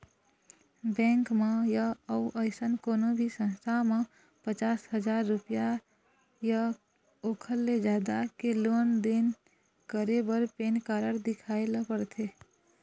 bank म य अउ अइसन कोनो भी संस्था म पचास हजाररूपिया य ओखर ले जादा के लेन देन करे बर पैन कारड देखाए ल परथे